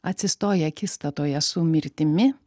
atsistoji akistatoje su mirtimi